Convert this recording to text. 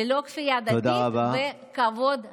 ללא כפייה דתית ובכבוד הדדי.